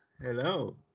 Hello